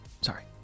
Sorry